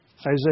Isaiah